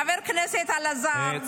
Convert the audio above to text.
תוכלי לדבר --- חבר הכנסת אלעזר,